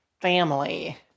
family